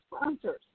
sponsors